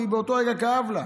ובאותו רגע כאב לה,